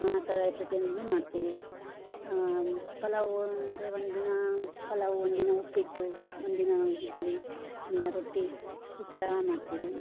ಆ ಥರ ಪ್ರತಿಯೊಂದನ್ನು ಮಾಡ್ತೀವಿ ಪಲಾವು ಅಂದರೆ ಒಂದಿನ ಪಲಾವು ಒಂದಿನ ಉಪ್ಪಿಟ್ಟು ಒಂದಿನ ಇಡ್ಲಿ ಇನ್ನ ರೊಟ್ಟಿ ಈ ಥರ ಮಾಡ್ತೀವಿ